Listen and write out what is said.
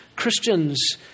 Christians